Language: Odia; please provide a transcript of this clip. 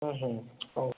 ହୁଁ ହୁଁ ହେଉ